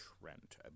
Trent